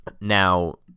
Now